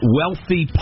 wealthy